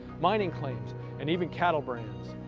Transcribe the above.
mining claims and even cattle brands.